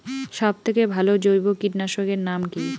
সব থেকে ভালো জৈব কীটনাশক এর নাম কি?